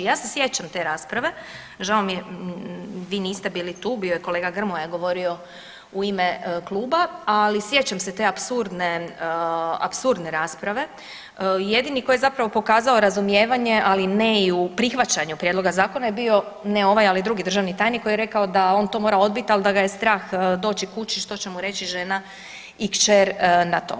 Ja se sjećam te rasprave, žao mi je vi niste bili tu, bio je kolega Grmoja govorio u ime kluba, ali sjećam se te apsurdne rasprave. jedini koji je zapravo pokazao razumijevanje, ali ne i u prihvaćanju prijedloga zakona je bio ne ovaj, ali drugi državni tajnik koji je rekao da on to mora odbit, ali da ga je strah doći kući što će mu reći žena i kćer na to.